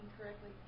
correctly